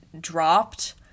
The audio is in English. dropped